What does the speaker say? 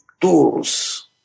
tools